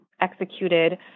executed